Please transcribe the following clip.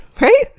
right